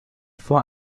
vor